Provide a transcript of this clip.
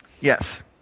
Yes